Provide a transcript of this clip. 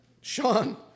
Sean